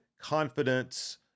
confidence